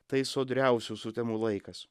tai sodriausių sutemų laikas